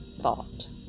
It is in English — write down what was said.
thought